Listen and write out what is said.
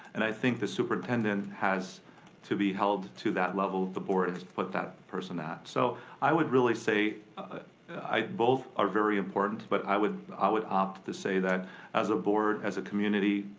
and i think the superintendent has to be held to that level the board has put that person at. so i would really say both are very important, but i would i would opt to say that as a board, as a community,